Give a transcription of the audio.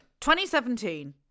2017